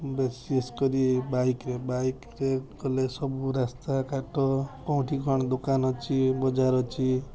ବିଶେଷ କରି ବାଇକ୍ରେ ବାଇକ୍ରେ ଗଲେ ସବୁ ରାସ୍ତାଘାଟ କେଉଁଠି କ'ଣ ଦୋକାନ ଅଛି ବଜାର ଅଛି